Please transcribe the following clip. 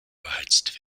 beheizt